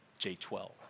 J12